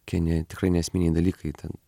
tokie tikrai neesminiai dalykai ten